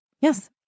Yes